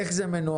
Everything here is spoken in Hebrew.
איך זה מנוהל?